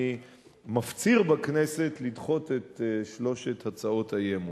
אני מפציר בכנסת לדחות את שלוש הצעות האי-אמון.